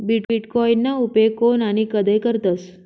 बीटकॉईनना उपेग कोन आणि कधय करतस